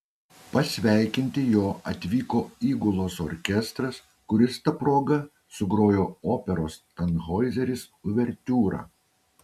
pasveikinti jo atvyko įgulos orkestras kuris ta proga sugrojo operos tanhoizeris uvertiūrą